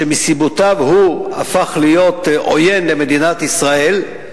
שמסיבותיו שלו הפך להיות עוין למדינת ישראל,